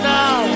now